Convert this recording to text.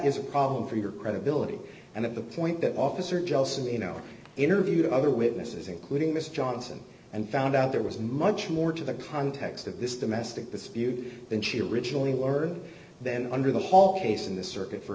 is a problem for your credibility and at the point that officer jealous and you know interviewed other witnesses including mr johnson and found out there was much more to the context of this domestic dispute than she originally were then under the whole case in the circuit for